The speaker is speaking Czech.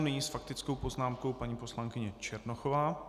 Nyní s faktickou poznámkou paní poslankyně Černochová.